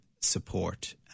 support